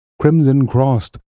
crimson-crossed